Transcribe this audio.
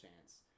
chance